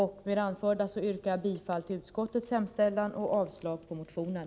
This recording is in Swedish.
Med det anförda yrkar jag bifall till utskottets hemställan och avslag på motionen.